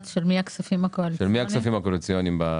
הכספים הקואליציוניים?